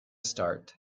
start